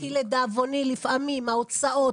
כי לדאבוני לפעמים ההוצאות,